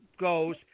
goes